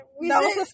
No